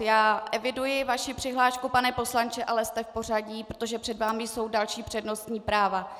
Já eviduji vaši přihlášku, pane poslanče, ale jste v pořadí, protože před vámi jsou další přednostní práva.